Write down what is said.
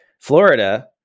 Florida